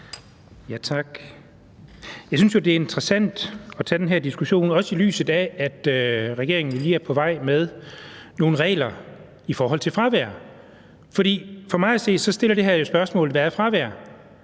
Jeg synes jo, det er interessant at tage den her diskussion, også i lyset af, at regeringen lige er på vej med nogle regler i forhold til fravær. For mig at se stiller det her jo spørgsmålet: Hvad er fravær?